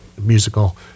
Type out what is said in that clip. musical